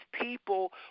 people